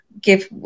give